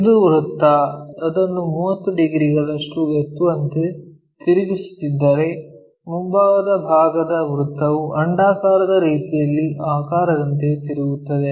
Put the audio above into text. ಇದು ವೃತ್ತ ಅದನ್ನು 30 ಡಿಗ್ರಿಗಳಷ್ಟು ಎತ್ತುವಂತೆ ತಿರುಗಿಸುತ್ತಿದ್ದರೆ ಈ ಮುಂಭಾಗದ ಭಾಗದ ವೃತ್ತವು ಅಂಡಾಕಾರದ ರೀತಿಯ ಆಕಾರದಂತೆ ತಿರುಗುತ್ತದೆ